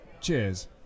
Cheers